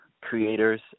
creators